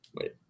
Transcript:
wait